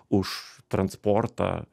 už transportą